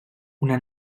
una